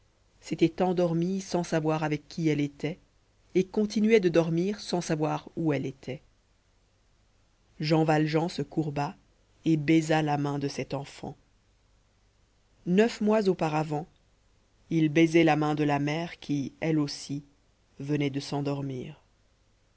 s'était endormie sans savoir avec qui elle était et continuait de dormir sans savoir où elle était jean valjean se courba et baisa la main de cette enfant neuf mois auparavant il baisait la main de la mère qui elle aussi venait de s'endormir